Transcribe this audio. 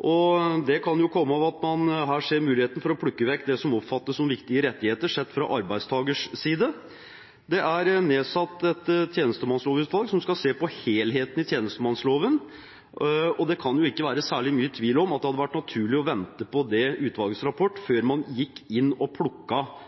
og det kan jo komme av at man her ser muligheten for å plukke vekk det som oppfattes som viktige rettigheter sett fra arbeidstakers side. Det er nedsatt et tjenestemannslovutvalg som skal se på helheten i tjenestemannsloven, og det kan ikke være særlig mye tvil om at det hadde vært naturlig å vente på det utvalgets rapport før man gikk inn og